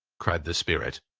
cried the spirit.